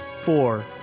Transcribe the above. four